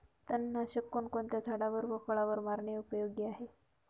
तणनाशक कोणकोणत्या झाडावर व फळावर मारणे उपयोगी आहे?